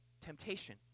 temptation